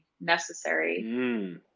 necessary